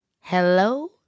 Hello